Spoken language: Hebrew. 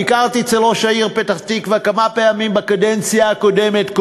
ביקרתי אצל ראש העיר פתח-תקווה כמה פעמים בקדנציה הקודמת.